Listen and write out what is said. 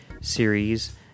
series